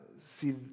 see